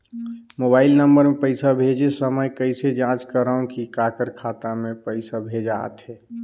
Mobile number मे पइसा भेजे समय कइसे जांच करव की काकर खाता मे पइसा भेजात हे?